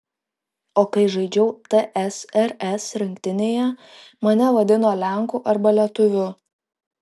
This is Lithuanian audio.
o kai žaidžiau tsrs rinktinėje mane vadino lenku arba lietuviu